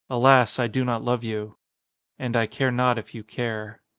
alas, i do not love you and i care not if you care.